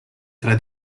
tra